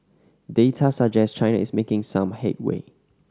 data suggest China is making some headway